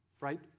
Right